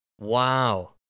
Wow